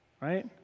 right